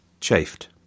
chafed